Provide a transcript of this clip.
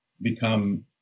become